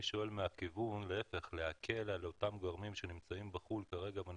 אני שואל מהכיוון כדי להקל על אותם גורמים שנמצאים כרגע בחוץ